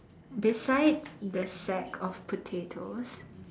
beside the sack of potatoes